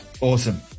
Awesome